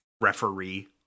referee